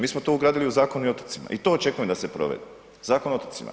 Mi smo to ugradili u Zakon o otocima i to očekujem da se provede, Zakon o otocima.